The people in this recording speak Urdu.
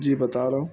جی بتا رہا ہوں